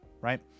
right